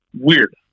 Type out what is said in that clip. Weird